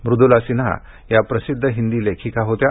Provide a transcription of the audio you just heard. मद्दला सिन्हा या प्रसिद्ध हिंदी लेखिका होत्या